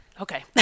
Okay